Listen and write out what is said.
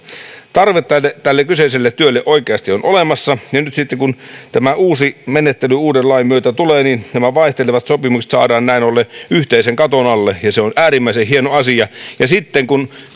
tarvetta tälle kyseiselle työlle oikeasti on olemassa ja nyt sitten kun tämä uusi menettely uuden lain myötä tulee niin nämä vaihtelevat sopimukset saadaan näin ollen yhteisen katon alle ja se on äärimmäisen hieno asia ja sitten kun